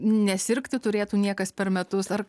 nesirgti turėtų niekas per metus ar